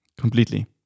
Completely